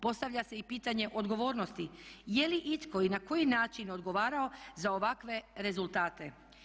Postavlja se i pitanje odgovornosti, je li itko i na koji način odgovarao za ovakve rezultate?